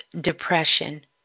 depression